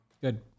Good